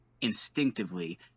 instinctively